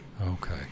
Okay